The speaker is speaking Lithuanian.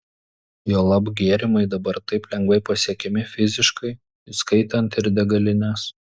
juolab gėrimai dabar taip lengvai pasiekiami fiziškai įskaitant ir degalines